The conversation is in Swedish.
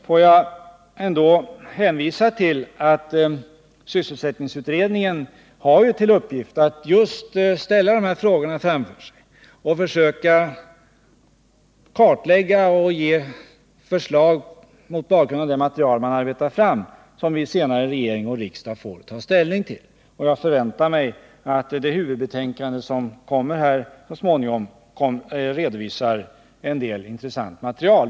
Får jag ändå hänvisa till att sysselsättningsutredningen har till uppgift att behandla dessa frågor, att försöka kartlägga situationen och ge förslag mot bakgrunden av det material som arbetats fram och som regeringen och riksdagen senare får ta ställning till. Jag förväntar mig därför att det huvudbetänkande som så småningom kommer också redovisar en del intressant material.